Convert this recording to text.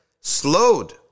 slowed